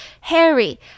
Harry